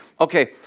Okay